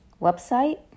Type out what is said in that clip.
website